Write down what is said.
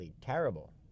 terrible